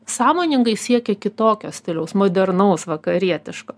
sąmoningai siekė kitokio stiliaus modernaus vakarietiško